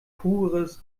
pures